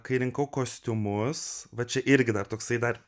kai rinkau kostiumus va čia irgi dar toksai dar